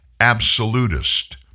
absolutist